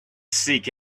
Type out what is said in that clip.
seek